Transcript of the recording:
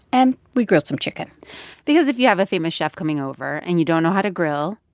and we grilled some chicken because if you have a famous chef coming over and you don't know how to grill,